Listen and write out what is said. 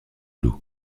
loups